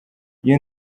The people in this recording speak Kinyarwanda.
iyo